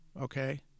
okay